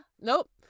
Nope